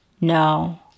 No